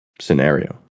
scenario